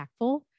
impactful